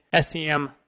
SEM